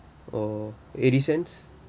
or eighty cents